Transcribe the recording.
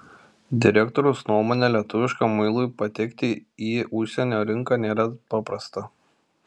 direktoriaus nuomone lietuviškam muilui patekti į užsienio rinką nėra paprasta